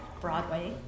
Broadway